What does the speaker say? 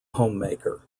homemaker